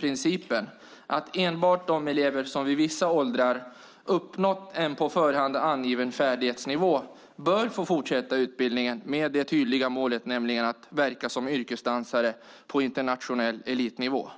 Principen är att enbart de elever som i vissa åldrar har uppnått en på förhand angiven färdighetsnivå bör få fortsätta utbildningen med det tydliga målet att verka som yrkesdansare på internationell elitnivå.